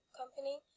Company